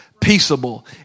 peaceable